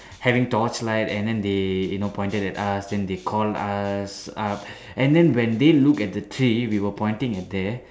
having torch lights and then they you know pointed at us and they call us up and then when they look at the tree we were pointing at there